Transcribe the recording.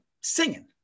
singing